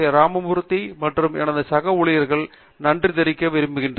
ராமமூர்த்தி மற்றும் எனது சக ஊழியர்களுக்கு நன்றி தெரிவிக்க விரும்புகிறேன்